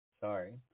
sorry